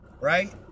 right